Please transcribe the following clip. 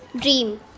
dream